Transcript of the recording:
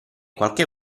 qualche